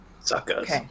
Suckers